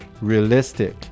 realistic